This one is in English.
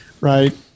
Right